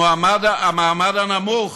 המעמד הנמוך,